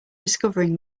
discovering